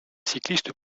cycliste